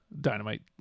dynamite